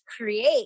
create